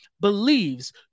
believes